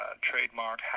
trademark